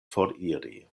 foriri